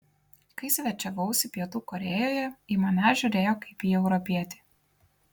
kai svečiavausi pietų korėjoje į mane žiūrėjo kaip į europietį